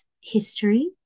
history